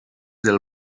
del